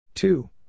Two